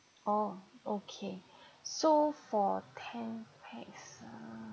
oh okay so for ten pax